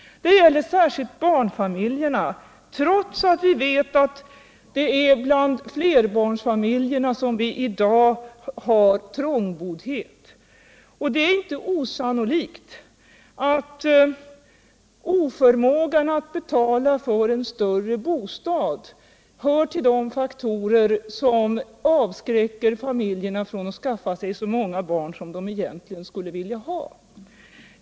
Det gäller särskilt barnfamiljerna, trots att vi vet att det är bland flerbarnsfamiljerna som vi i dag har trångboddhet. Det är inte osannolikt att oförmågan att betala för en större bostad hör till de faktorer som avskräcker familjerna från att skaffa sig så många barn som de egentligen skulle vilja ha.